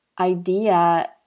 idea